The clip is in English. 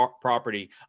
property